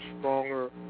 stronger